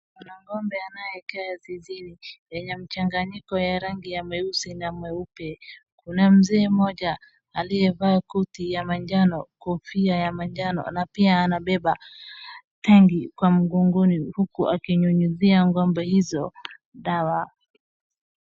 Kuna ng'ombe anayekaa zizini, yenye mchanganyiko ya rangi ya meusi na mweupe. Kuna mzee mmoja aliyevaa koti ya manjano, kofia ya manjano na pia anabeba tangi kwa mgongoni uku akinyunyizia ng'ombe hizo dawa.